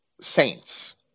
saints